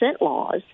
laws